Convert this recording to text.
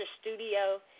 Studio